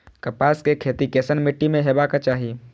कपास के खेती केसन मीट्टी में हेबाक चाही?